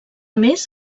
més